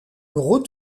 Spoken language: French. gros